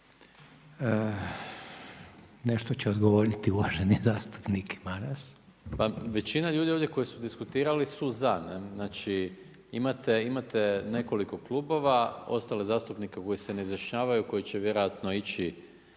Nešto će odgovoriti uvaženi zastupnik Maras. **Maras, Gordan (SDP)** Pa većina ljudi ovdje koji su diskutirali su za, znači, imate nekoliko klubova, ostale zastupnike koji se ne izjašnjavaju, koji će vjerojatno ići